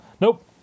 Nope